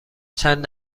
چند